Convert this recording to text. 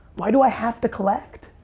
why do i have to collect?